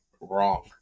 wrong